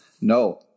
no